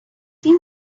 thin